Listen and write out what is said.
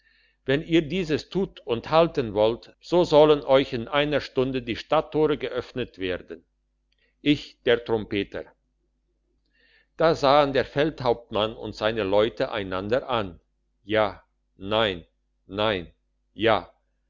wenn ihr dieses tut und halten wollt so sollen euch in einer stunde die stadttore geöffnet werden ich der trompeter da sahen der feldhauptmann und seine leute einander an ja nein nein ja